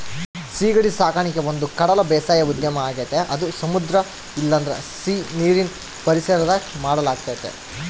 ಸೀಗಡಿ ಸಾಕಣಿಕೆ ಒಂದುಕಡಲ ಬೇಸಾಯ ಉದ್ಯಮ ಆಗೆತೆ ಅದು ಸಮುದ್ರ ಇಲ್ಲಂದ್ರ ಸೀನೀರಿನ್ ಪರಿಸರದಾಗ ಮಾಡಲಾಗ್ತತೆ